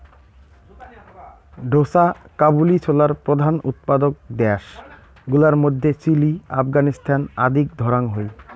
ঢোসা কাবুলি ছোলার প্রধান উৎপাদক দ্যাশ গুলার মইধ্যে চিলি, আফগানিস্তান আদিক ধরাং হই